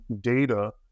data